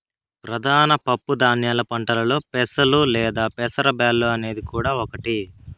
ప్రధాన పప్పు ధాన్యాల పంటలలో పెసలు లేదా పెసర బ్యాల్లు అనేది కూడా ఒకటి